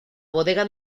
bodega